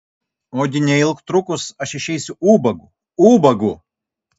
ogi neilgtrukus aš išeisiu ubagu ubagu